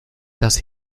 dass